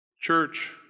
church